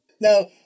Now